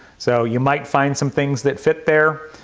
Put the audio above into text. so you might find some things that fit there,